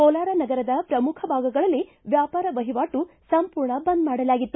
ಕೋಲಾರ ನಗರದ ಪ್ರಮುಖ ಭಾಗಗಳಲ್ಲಿ ವ್ಯಾಪಾರ ವಹಿವಾಟು ಸಂಪೂರ್ಣ ಬಂದ್ ಮಾಡಲಾಗಿತ್ತು